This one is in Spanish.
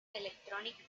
electronic